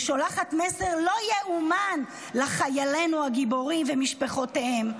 ושולחת מסר לא ייאמן לחיילינו הגיבורים ולמשפחותיהם: